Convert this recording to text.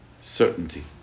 certainty